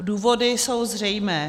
Důvody jsou zřejmé.